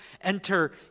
enter